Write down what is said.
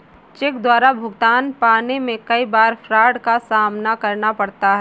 check द्वारा भुगतान पाने में कई बार फ्राड का सामना करना पड़ता है